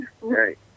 right